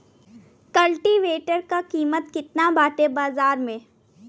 कल्टी वेटर क कीमत केतना बाटे बाजार में?